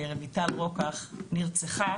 רויטל רוקח, נרצחה